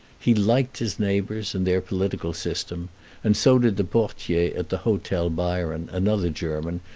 he liked his neighbors and their political system and so did the portier at the hotel byron, another german,